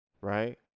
Right